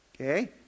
okay